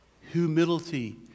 humility